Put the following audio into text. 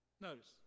Notice